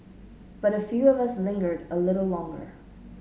but a few of us lingered a little longer